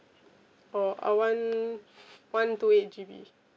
oh I want one two eight G_B